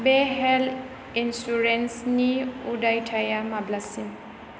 बे हेल्त इन्सुरेन्सनि उदायथाइया माब्लासिम